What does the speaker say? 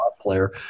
player